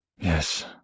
Yes